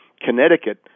Connecticut